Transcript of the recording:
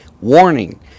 warning